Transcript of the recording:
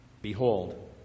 Behold